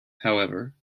however